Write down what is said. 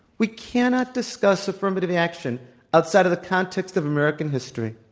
we cannot discuss affirmative action outside of the context of american history.